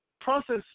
Process